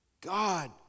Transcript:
God